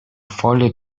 foglie